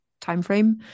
timeframe